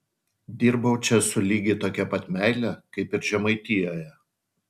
dirbau čia su lygiai tokia pat meile kaip ir žemaitijoje